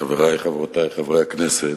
חברי, חברותי חברי הכנסת,